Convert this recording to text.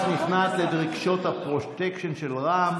נכנעת לדרישות הפרוטקשן של רע"מ.